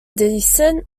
decent